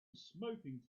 smoking